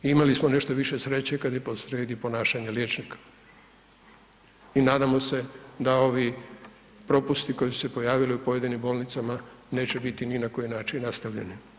Imali smo nešto više sreće kada je posrijedi ponašanje liječnika i nadamo se da ovi propusti koji su se pojavili u pojedinim bolnicama neće biti ni na koji način nastavljeni.